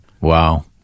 Wow